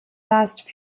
last